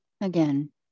Again